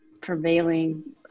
prevailing